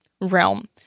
realm